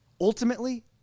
Ultimately